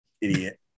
idiot